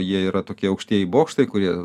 jie yra tokie aukštieji bokštai kurie